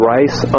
Rice